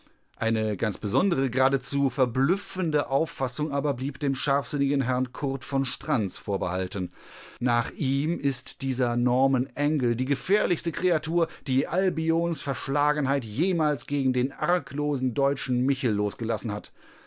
eine ganz besondere geradezu verblüffende auffassung aber blieb dem scharfsinnigen herrn kurd von strantz vorbehalten nach ihm ist dieser norman angell die gefährlichste kreatur die albions verschlagenheit jemals gegen den arglosen deutschen michel losgelassen hat